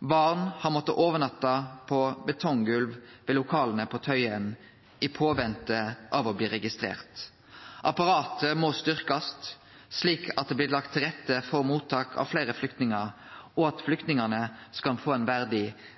Barn har måtta overnatte på betonggolv ved lokala på Tøyen i påvente av å bli registrerte. Apparatet må styrkjast, slik at det blir lagt til rette for mottak av fleire flyktningar, og at flyktningane skal få ein verdig